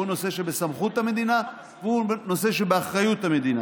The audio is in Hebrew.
הוא נושא שבסמכות המדינה והוא נושא שבאחריות המדינה.